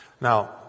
Now